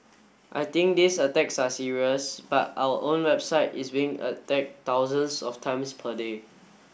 I think these attacks are serious but our own website is being attack thousands of times per day